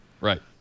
Right